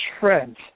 friends